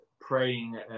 praying